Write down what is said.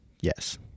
Yes